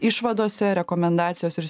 išvadose rekomendacijos ir